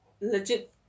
legit